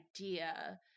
idea